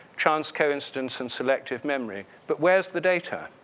chance coincidence and selective memory, but where's the data?